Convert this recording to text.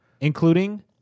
including